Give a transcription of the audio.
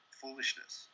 foolishness